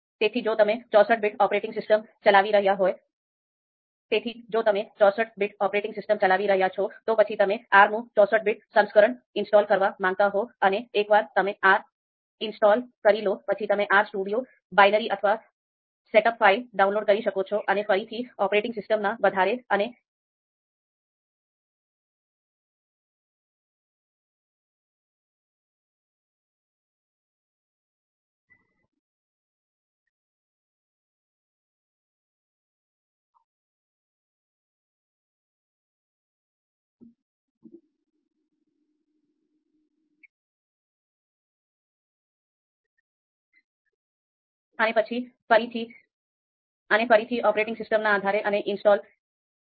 તેથી જો તમે 64 બીટ ઓપરેટિંગ સિસ્ટમ ચલાવી રહ્યા છો તો પછી તમે Rનું 64 બીટ સંસ્કરણ ઇન્સ્ટોલ કરવા માંગતા હો અને એકવાર તમે R ઇન્સ્ટોલ કરી લો પછી તમે R studio બાઈનરી અથવા સેટઅપ ફાઇલ ડાઉનલોડ કરી શકો છો અને ફરીથી ઓપરેટિંગ સિસ્ટમ ના આધારે અને ઇન્સ્ટોલ કરો